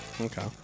Okay